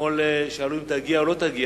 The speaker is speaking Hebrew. אתמול שאלו אם תגיע או לא תגיע.